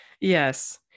Yes